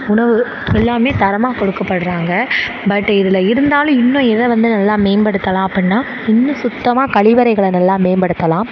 உணவு எல்லாமே தரமாக கொடுக்கப்பட்றாங்க பட் இதில் இருந்தாலும் இன்னும் எதை வந்து நல்லா மேம்படுத்தலாம் அப்பன்னா இன்னும் சுத்தமாக கழிவறைகளை நல்லா மேம்படுத்தலாம்